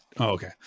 okay